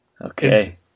okay